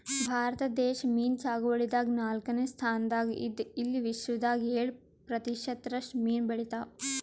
ಭಾರತ ದೇಶ್ ಮೀನ್ ಸಾಗುವಳಿದಾಗ್ ನಾಲ್ಕನೇ ಸ್ತಾನ್ದಾಗ್ ಇದ್ದ್ ಇಲ್ಲಿ ವಿಶ್ವದಾಗ್ ಏಳ್ ಪ್ರತಿಷತ್ ರಷ್ಟು ಮೀನ್ ಬೆಳಿತಾವ್